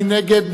מי נגד?